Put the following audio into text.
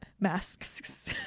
Masks